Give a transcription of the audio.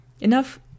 Enough